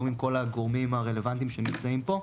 עם כל הגורמים הרלוונטיים שנמצאים פה,